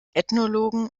ethnologen